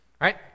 Right